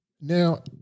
Now